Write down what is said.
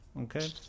okay